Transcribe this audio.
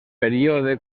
període